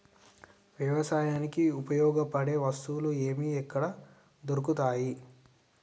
వ్యవసాయానికి ఉపయోగపడే వస్తువులు ఏవి ఎక్కడ దొరుకుతాయి?